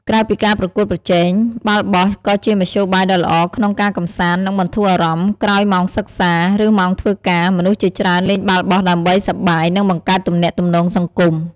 ក្រៅពីការប្រកួតប្រជែង បាល់បោះក៏ជាមធ្យោបាយដ៏ល្អក្នុងការកម្សាន្ត និងបន្ធូរអារម្មណ៍ក្រោយម៉ោងសិក្សា ឬម៉ោងធ្វើការ មនុស្សជាច្រើនលេងបាល់បោះដើម្បីសប្បាយ និងបង្កើតទំនាក់ទំនងសង្គម។